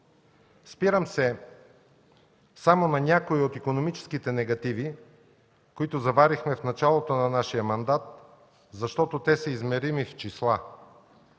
Спирам се само на някои от икономическите негативи, които заварихме в началото на нашия мандат, защото те са измерими с числа.